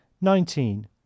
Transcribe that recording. Nineteen